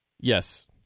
Yes